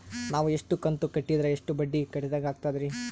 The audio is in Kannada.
ನಾವು ಇಷ್ಟು ಕಂತು ಕಟ್ಟೀದ್ರ ಎಷ್ಟು ಬಡ್ಡೀ ಕಟ್ಟಿದಂಗಾಗ್ತದ್ರೀ?